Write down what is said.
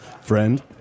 friend